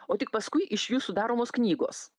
o tik paskui iš jų sudaromos knygos